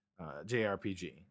JRPG